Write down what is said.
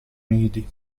nidi